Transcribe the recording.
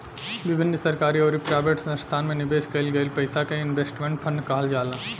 विभिन्न सरकारी अउरी प्राइवेट संस्थासन में निवेश कईल गईल पईसा के इन्वेस्टमेंट फंड कहल जाला